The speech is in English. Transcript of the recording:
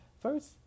First